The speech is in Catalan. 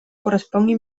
correspongui